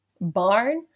barn